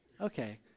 okay